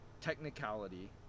technicality